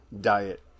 diet